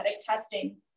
testing